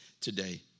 today